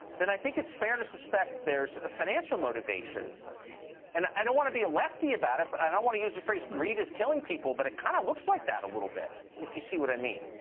i think it's fair to suspect there is a financial motivation and i don't want to be a lefty about it and but i don't want to use the phrase greed is killing people. but it kind of looks like that a little bit. if you see what i mean.